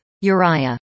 Uriah